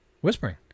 Whispering